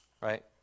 Right